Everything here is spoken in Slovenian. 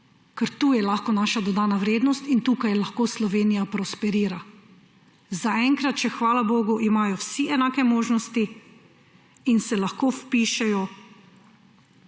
Tu je lahko naša dodana vrednost in tukaj lahko Slovenija prosperira. Zaenkrat imajo še vsi, hvala bogu, enake možnosti in se lahko vpišejo